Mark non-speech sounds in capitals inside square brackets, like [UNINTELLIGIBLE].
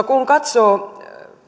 [UNINTELLIGIBLE] kun katsoo